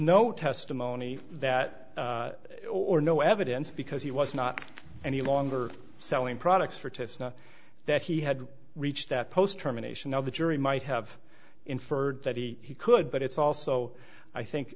no testimony that or no evidence because he was not any longer selling products for tests not that he had reached that post terminations of the jury might have inferred that he could but it's also i